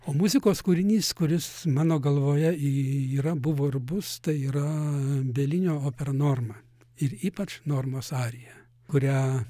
o muzikos kūrinys kuris mano galvoje y yra buvo ir bus tai yra belinio opera norma ir ypač normos arija kurią